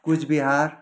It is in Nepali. कुचबिहार